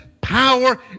power